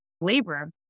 labor